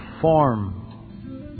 form